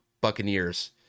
Buccaneers